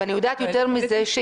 ואני יודעת יותר מזה,